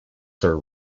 sir